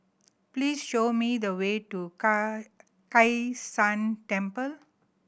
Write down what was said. please show me the way to Kai San Temple